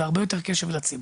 והרבה יותר קשב לציבור.